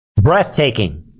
Breathtaking